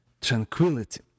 tranquility